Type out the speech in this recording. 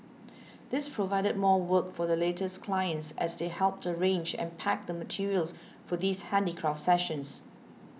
this provided more work for the latter's clients as they helped arrange and pack the materials for these handicraft sessions